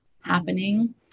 happening